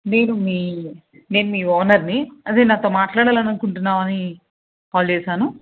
నేను మీ నేను మీ ఓనర్ని అదే నాతో మాట్లాడాలననుకుంటున్నావు అని కాల్ చేశాను